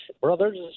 brothers